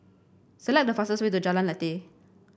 select the fastest way to Jalan Lateh